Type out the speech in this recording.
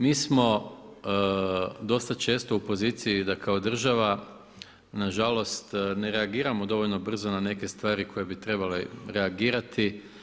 Mi smo dosta često u poziciji da kao država nažalost ne reagiramo dovoljno brzo na neke stvari na koje bi trebali reagirati.